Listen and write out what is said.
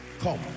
come